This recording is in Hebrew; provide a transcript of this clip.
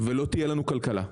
ולא תהיה לנו כלכלה.